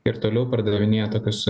ir toliau pardavinėja tokius